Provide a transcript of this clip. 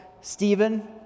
Stephen